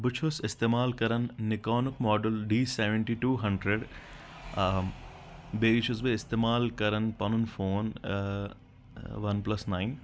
بہٕ چھُس استعمال کران نِکونُک model D seventy two hundred آ بیٚیہِ چھُس بہٕ استعمال کران پنُن فون ون پلس ناین